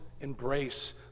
Embrace